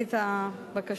את הבקשה.